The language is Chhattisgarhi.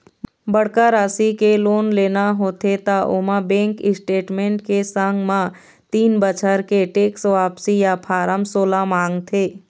बड़का राशि के लोन लेना होथे त ओमा बेंक स्टेटमेंट के संग म तीन बछर के टेक्स वापसी या फारम सोला मांगथे